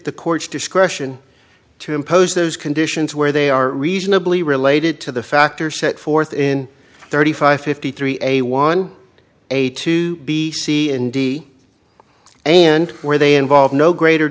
the court's discretion to impose those conditions where they are reasonably related to the factors set forth in thirty five fifty three a one a to b c and d and where they involve no greater